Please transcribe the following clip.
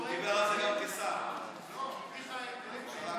הוא דיבר על זה גם כשר בממשלה הקודמת.